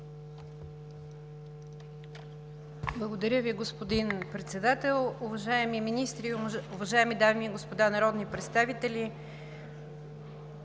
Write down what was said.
Благодаря Ви, господин Председател. Уважаеми министри, уважаеми дами и господа народни представители!